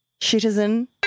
Citizen